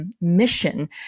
mission